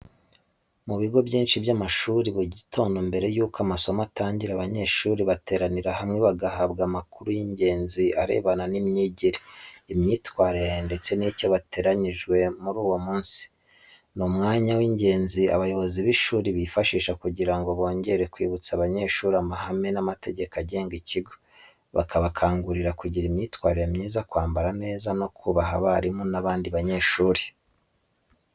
Mu bigo byinshi by’amashuri, buri gitondo mbere y’uko amasomo atangira, abanyeshuri bateranira hamwe bagahabwa amakuru y’ingenzi arebana n’imyigire, imyitwarire, ndetse n’icyo bateganyirijwe muri uwo munsi. Ni umwanya w’ingenzi abayobozi b’ishuri bifashisha kugira ngo bongere kwibutsa abanyeshuri amahame n’amategeko agenga ikigo, bakabakangurira kugira imyitwarire myiza, kwambara neza, no kubaha abarimu n’abandi banyeshuri.